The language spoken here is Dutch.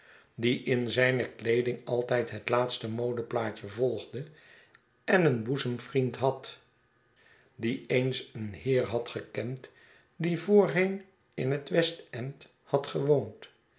die in zijne kleeding altijd het laatste modeplaatje volgde en een boezemvriend had die eens een heer had gekend die voorheen in het west-end had ge